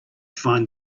find